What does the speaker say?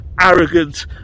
arrogant